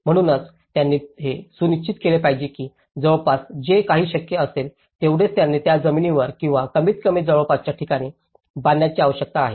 म्हणूनच त्यांनी हे सुनिश्चित केले पाहिजे की जवळपास जे काही शक्य असेल तेवढेच त्यांनी त्याच जमिनीवर किंवा कमीतकमी जवळपासच्या ठिकाणी बांधण्याची आवश्यकता आहे